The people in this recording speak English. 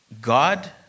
God